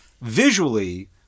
Visually